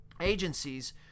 agencies